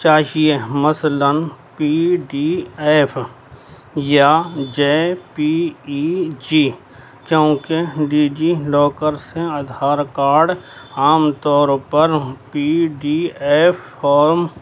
چاہیے مثلاً P D F یا جے پی ای جی کیونکہ ڈیجی لاکر سے آدھار کارڈ عام طور پر پی ڈی ایف فارم